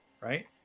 right